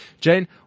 Jane